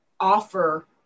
offer